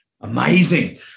Amazing